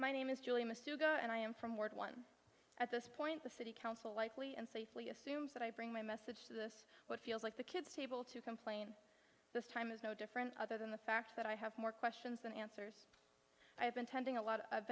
my name is julia sugo and i am from ward one at this point the city council lightly and safely assumes that i bring my message to this what feels like the kids table to complain this time is no different other than the fact that i have more questions than answers i have been